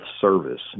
service